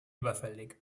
überfällig